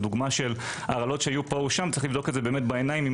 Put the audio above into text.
הנושא של הרעלות שהיו פה ושם צריך לבדוק בעיניים אם